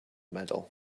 metal